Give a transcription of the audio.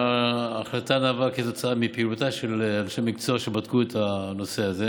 ההחלטה נבעה כתוצאה מפעילותם של אנשי מקצוע שבדקו את הנושא הזה,